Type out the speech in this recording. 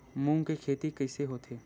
मूंग के खेती कइसे होथे?